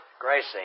Gracie